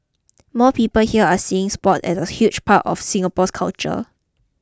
more people here are seeing sports as a huge part of Singapore's culture